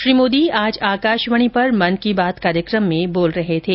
श्री मोदी आज आकाशवाणी पर मन की बात कार्यक्रम में बोल रहे थे